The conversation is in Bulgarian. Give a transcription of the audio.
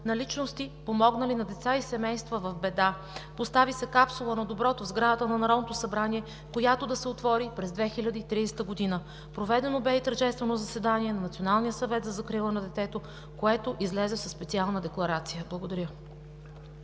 на личности, помогнали на деца и семейства в беда. Постави се капсула на доброто в сградата на Народното събрание, която да се отвори през 2030 г. Проведено бе и тържествено заседание на Националния съвет за закрила на детето, което излезе със специална декларация. Благодаря.